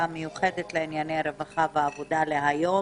המיוחדת לענייני רווחה ועבודה להיום,